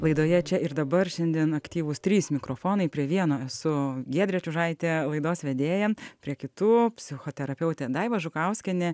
laidoje čia ir dabar šiandien aktyvūs trys mikrofonai prie vieno esu giedrė čiužaitė laidos vedėja prie kitų psichoterapeutė daiva žukauskienė